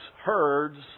herds